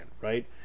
right